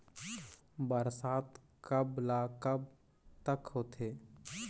बरसात कब ल कब तक होथे?